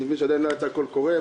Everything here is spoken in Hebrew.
עדיין לא יצא קול קורא,